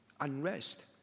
unrest